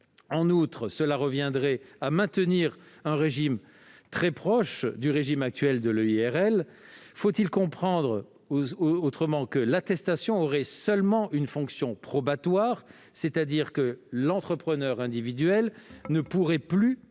En outre, cela reviendrait à maintenir un régime très proche du régime actuel de l'EIRL. L'attestation aurait-elle seulement une fonction probatoire, c'est-à-dire que l'entrepreneur individuel ne pourrait plus